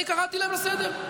אני קראתי אותם לסדר.